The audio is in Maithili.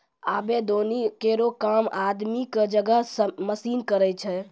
आबे दौनी केरो काम आदमी क जगह मसीन करै छै